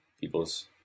people's